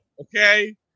okay